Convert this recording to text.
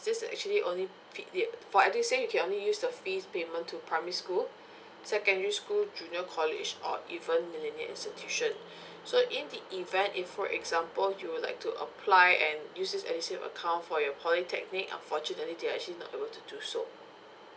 this is actually only fit~ for edusave you can only use the fees payment to primary school secondary school junior college or even millennia institution so in the event if for example you would like to apply and use this edusave account for your polytechnic unfortunately there are actually not able to do so